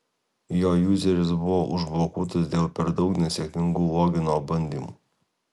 jo juzeris buvo užblokuotas dėl per daug nesėkmingų logino bandymų